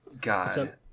God